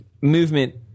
movement –